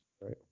Right